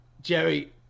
Jerry